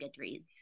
Goodreads